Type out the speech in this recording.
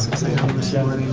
on the cell it